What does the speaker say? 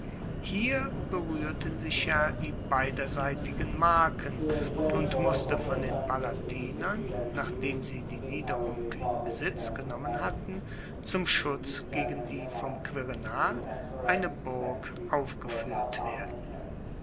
hier beruehrten sich ja die beiderseitigen marken und musste von den palatinern nachdem sie die niederung in besitz genommen hatten zum schutz gegen die vom quirinal eine burg aufgefuehrt werden